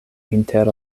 inter